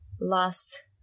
last